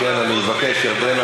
לא אתה ולא אני,